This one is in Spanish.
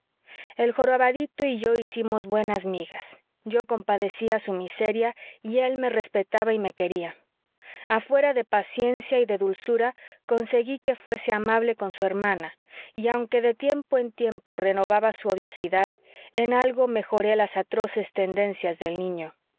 el jorobadito y yo hicimos buenas migas yo compadecía su miseria y él me respetaba y me quería a fuerza de paciencia y de dulzura conseguí que fuese amable con su hermana y aunque de tiempo en tiempo renovaba su odiosidad en algo mejoré las atroces tendencias del niño